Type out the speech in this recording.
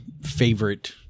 favorite